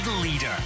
leader